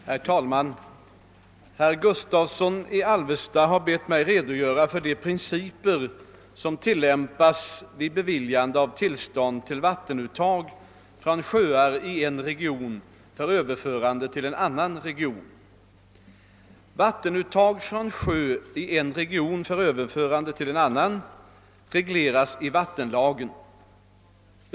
Herr talman! Herr Gustafsson i Alvesta har bett mig redogöra för de principer som tillämpas vid beviljande av tillstånd till vattenuttag från sjöar i en region för överförande till en annan region. Vattenuttag från sjö i en region för överförande till en annan region regleras i vattenlagen.